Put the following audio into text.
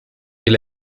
ihre